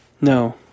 No